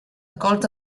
cols